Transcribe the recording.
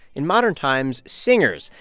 in modern times, singers,